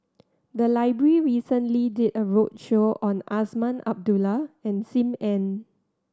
the library recently did a roadshow on Azman Abdullah and Sim Ann